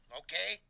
okay